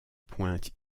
pointe